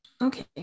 Okay